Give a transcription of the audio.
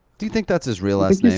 do you think that's his real last name?